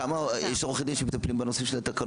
כמה עורכי דין יש שמטפלים בתקנות,